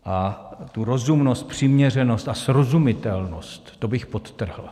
A tu rozumnost, přiměřenost a srozumitelnost, to bych podtrhl.